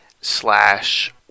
slash